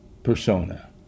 persona